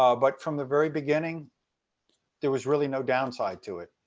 ah but from the very beginning there was really no downside to it.